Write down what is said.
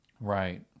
right